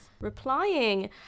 replying